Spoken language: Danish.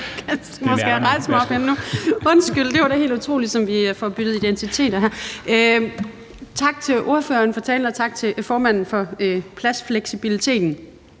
det var da helt utroligt, som vi får byttet identiteter her. Tak til ordføreren for talen, og tak til formanden for pladsfleksibiliteten.